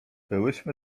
byłyśmy